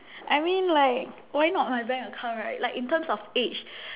I mean like why not my bank account right like in terms of age